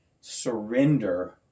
surrender